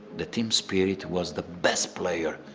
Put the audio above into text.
the team spirit was the best player.